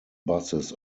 buses